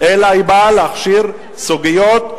אלא היא באה להכשיר סוגיות ברורות.